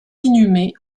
inhumées